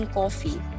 coffee